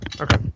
Okay